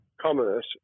commerce